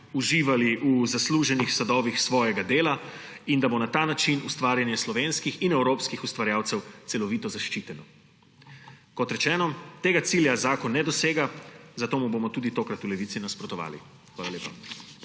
uživali v zasluženih sadovih svojega dela in da bo na ta način ustvarjenje slovenskih in evropskih ustvarjalcev celovito zaščiteno. Kot rečeno, tega cilja zakon ne dosega, zato mu bomo tudi tokrat v Levici nasprotovali. Hvala lepa.